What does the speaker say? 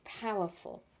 powerful